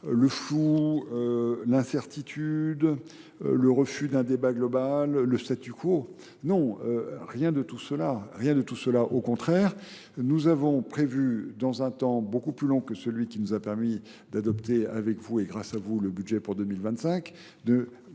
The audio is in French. le flou, l'incertitude, le refus d'un débat global, le statu quo. Non, rien de tout cela. Rien de tout cela, au contraire. Nous avons prévu, dans un temps beaucoup plus long que celui qui nous a permis d'adopter avec vous et grâce à vous le budget pour 2025,